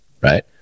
right